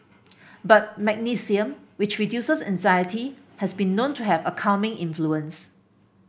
but magnesium which reduces anxiety has been known to have a calming influence